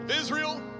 Israel